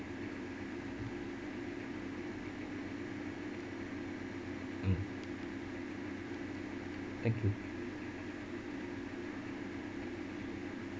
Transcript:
mm thank you